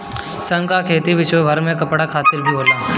सन कअ खेती विश्वभर में कपड़ा खातिर भी होला